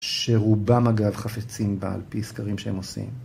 שרובם אגב חפצים בה על פי סקרים שהם עושים.